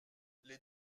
les